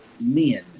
men